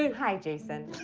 um hi, jason.